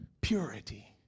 purity